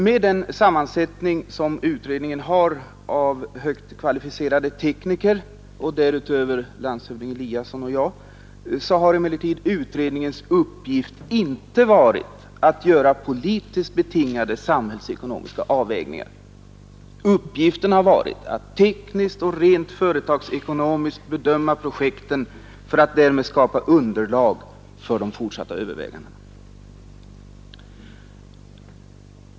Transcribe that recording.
Med den sammansättning som utredningen har av högt kvalificerade tekniker och därutöver landshövding Eliasson och jag har emellertid utredningens uppgift inte varit att göra politiskt betingade samhällsekonomiska avvägningar. Uppgiften har varit att tekniskt och rent företagsekonomiskt bedöma projekten för att därmed skapa underlag för de fortsatta övervägandena.